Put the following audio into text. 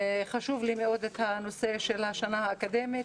חשוב לי מאוד הנושא של השנה האקדמאית,